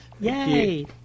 Yay